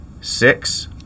six